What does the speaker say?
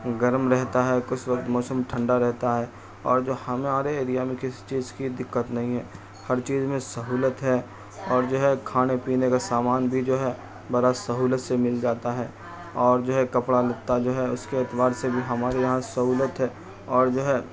گرم رہتا ہے کچھ وقت موسم ٹھنڈا رہتا ہے اور جو ہمارے ایریا میں کسی چیز کی دقت نہیں ہے ہر چیز میں سہولت ہے اور جو ہے کھانے پینے کا سامان بھی جو ہے بڑا سہولت سے مل جاتا ہے اور جو ہے کپڑا لتا جو ہے اس کے اعتبار سے بھی ہمارے یہاں سہولت ہے اور جو ہے